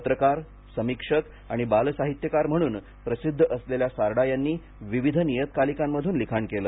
पत्रकार समीक्षक आणि बाल साहित्यकार म्हणून प्रसिद्ध असलेल्या सारडा यांनी विविध नियतकालिकांमधून लिखाण केलं